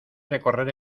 recorrer